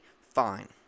fine